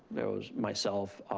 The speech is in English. there was myself,